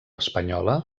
espanyola